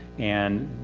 and,